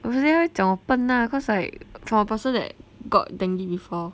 obviously 他会讲我笨 lah cause like for a person that got dengue before